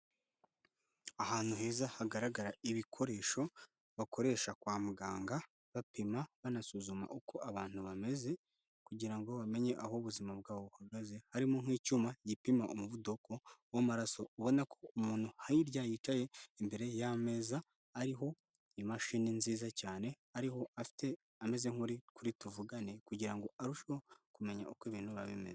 Ahantu heza hagaragara ibikoresho bakoresha kwa muganga bapima banasuzuma uko abantu bameze kugira ngo bamenye aho ubuzima bwabo buhagaze harimo nk'icyuma, gipima umuvuduko w'amaraso ubona ko umuntu ahayirya yicaye imbere y'ameza ariho imashini nziza cyane ariho afite ameze nk'uri kuri tuvugane kugirango arusheho kumenya uko ibintu biba bimeze.